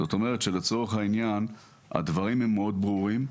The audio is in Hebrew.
זאת אומרת, הדברים ברורים.